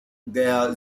der